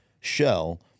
shell